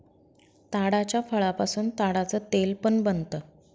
ताडाच्या फळापासून ताडाच तेल पण बनत